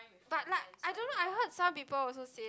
but like I don't know I heard some people also say